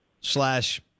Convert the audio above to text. Slash